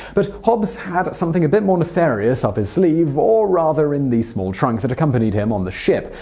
but hobbs had something a bit more nefarious up his sleeve, or rather in the small trunk that accompanied him on the ship.